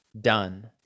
done